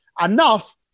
enough